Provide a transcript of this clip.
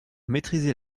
maîtriser